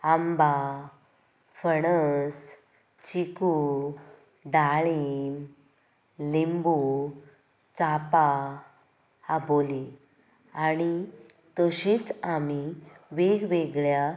आंबा फणस चिकू डाळिंब लिंबू चापां आबोलीं आनी तशींच आमी वेगवेगळ्या